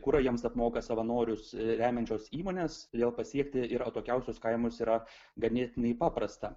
kurą jiems apmoka savanorius remiančios įmonės todėl pasiekti ir atokiausius kaimus yra ganėtinai paprasta